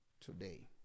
today